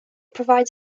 provides